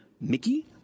Mickey